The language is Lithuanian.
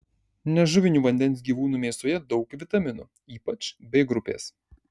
nežuvinių vandens gyvūnų mėsoje daug vitaminų ypač b grupės